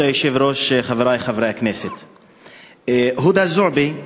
כבוד היושב-ראש, חברי חברי הכנסת, הודא זועבי,